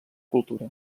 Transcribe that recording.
cultura